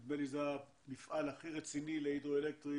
נדמה לי שזה המפעל הכי רציני של הידרואלקטרי